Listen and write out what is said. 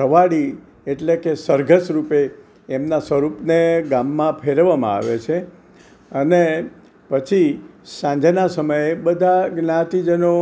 રવાડી એટલે કે સરઘસ રૂપે એમના સ્વરૂપને ગામમાં ફેરવવામાં આવે છે અને પછી સાંજના સમયે બધા જ્ઞાતિજનો